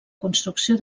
construcció